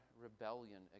rebellion